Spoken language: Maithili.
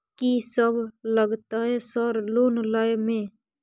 कि सब लगतै सर लोन लय में?